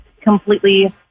completely